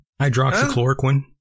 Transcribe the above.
Hydroxychloroquine